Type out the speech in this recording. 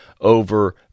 over